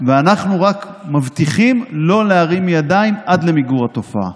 ואנחנו רק מבטיחים לא להרים ידיים עד למיגור התופעה.